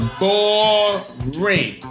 boring